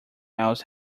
else